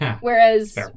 Whereas